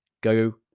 Go